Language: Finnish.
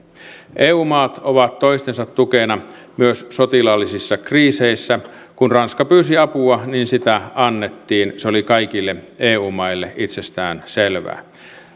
eu maat ovat toistensa tukena myös sotilaallisissa kriiseissä kun ranska pyysi apua niin sitä annettiin se oli kaikille eu maille itsestään selvää